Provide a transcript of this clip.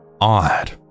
Odd